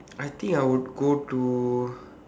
I think I would go to